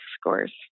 scores